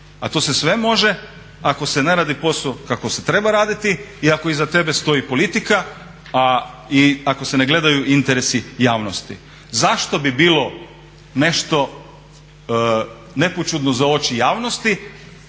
a to se sve može ako se ne radi posao kako se treba raditi i ako iza tebe stoji politika, a i ako se ne gledaju interesi javnosti. Zašto bi bilo nešto nepoćudno za oči javnosti?